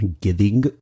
giving